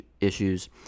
issues